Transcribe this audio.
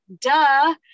duh